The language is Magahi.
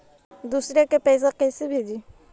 दुसरे के पैसा कैसे भेजी?